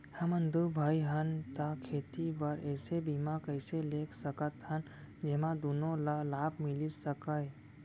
हमन दू भाई हन ता खेती बर ऐसे बीमा कइसे ले सकत हन जेमा दूनो ला लाभ मिलिस सकए?